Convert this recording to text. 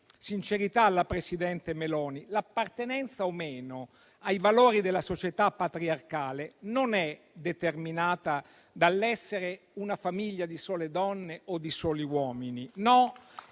sincerità alla presidente Meloni - ai valori della società patriarcale non è determinata dall'essere una famiglia di sole donne o di soli uomini.